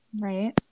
Right